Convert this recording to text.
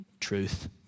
Truth